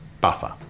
buffer